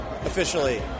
officially